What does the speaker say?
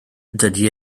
dydy